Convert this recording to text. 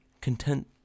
content